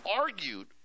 argued